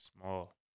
small